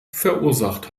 verursacht